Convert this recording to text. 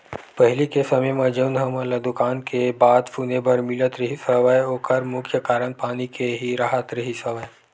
पहिली के समे म जउन हमन ल दुकाल के बात सुने बर मिलत रिहिस हवय ओखर मुख्य कारन पानी के ही राहत रिहिस हवय